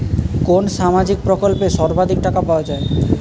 কোন সামাজিক প্রকল্পে সর্বাধিক টাকা পাওয়া য়ায়?